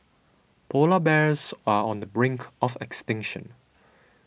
Polar Bears are on the brink of extinction